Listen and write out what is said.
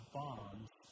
bonds